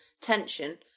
tension